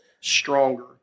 stronger